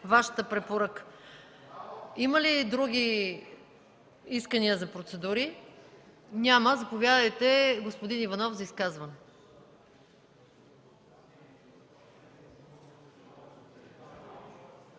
Вашата препоръка. Има ли други искания за процедури? Няма. Заповядайте за изказване,